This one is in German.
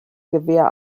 gewehr